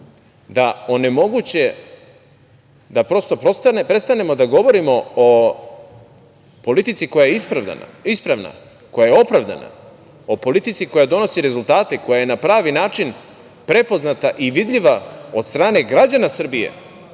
da onemoguće da, prosto, prestanemo da govorimo o politici koja je ispravna, koja je opravdana, o politici koja donosi rezultate, koja je na pravi način prepoznata i vidljiva od strane građana Srbije,